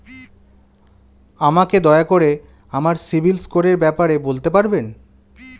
আমাকে দয়া করে আমার সিবিল স্কোরের ব্যাপারে বলতে পারবেন?